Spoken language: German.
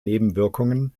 nebenwirkungen